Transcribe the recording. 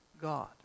God